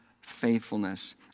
faithfulness